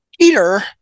Peter